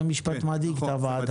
זה ביטוי שמדאיג את הוועדה.